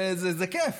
זה כיף.